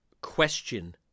question